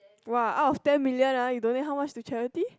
!wah! out of ten million ah you donate how much to charity